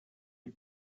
you